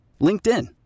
LinkedIn